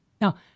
now